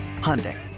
Hyundai